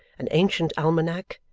an ancient almanack,